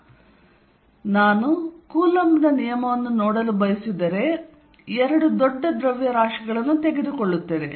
ಆದ್ದರಿಂದ ನಾನು ಕೂಲಂಬ್ ನ ನಿಯಮವನ್ನು ನೋಡಲು ಬಯಸಿದರೆ ನಾನು ಎರಡು ದೊಡ್ಡ ದ್ರವ್ಯರಾಶಿಗಳನ್ನು ತೆಗೆದುಕೊಳ್ಳುತ್ತೇನೆ